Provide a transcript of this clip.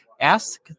ask